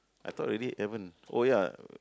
I thought already haven't oh ya